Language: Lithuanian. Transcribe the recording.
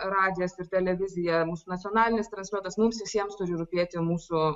radijas ir televizija mūsų nacionalinis transliuotas mums visiems turi rūpėti mūsų